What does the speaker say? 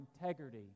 integrity